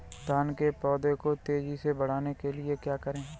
धान के पौधे को तेजी से बढ़ाने के लिए क्या करें?